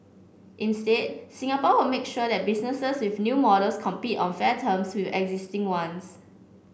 instead Singapore will make sure that businesses with new models compete on fair terms with existing ones